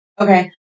Okay